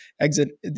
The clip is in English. exit